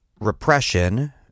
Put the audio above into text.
repression